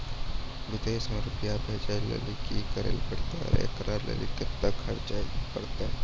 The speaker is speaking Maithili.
विदेश मे रुपिया भेजैय लेल कि करे परतै और एकरा लेल खर्च केना परतै?